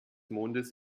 mondes